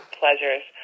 pleasures